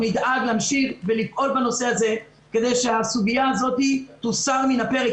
נדאג להמשיך ולפעול כדי שהסוגיה הזאת תוסר מן הפרק.